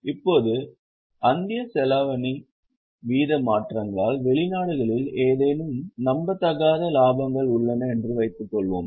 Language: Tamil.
இப்போது அந்நிய செலாவணி வீத மாற்றங்களால் வெளிநாடுகளில் ஏதேனும் நம்பத்தகாத லாபங்கள் உள்ளன என்று வைத்துக்கொள்வோம்